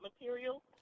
material